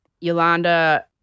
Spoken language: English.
Yolanda